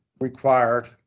required